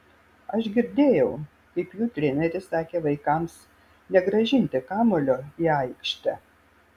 aš girdėjau kaip jų treneris sakė vaikams negrąžinti kamuolio į aikštę